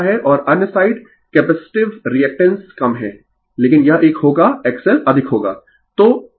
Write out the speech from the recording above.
और अन्य side capacitive reactance कम है लेकिन यह एक होगा XL अधिक होगा